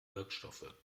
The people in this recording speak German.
wirkstoffe